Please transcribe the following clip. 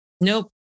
nope